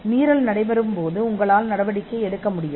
மீறல் குறித்து நீங்கள் நடவடிக்கை எடுக்கலாம்